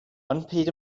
unpaid